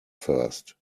first